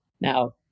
Now